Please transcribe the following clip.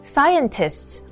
Scientists